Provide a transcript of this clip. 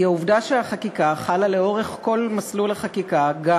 הוא העובדה שהחקיקה חלה לאורך כל מסלול החקיקה גם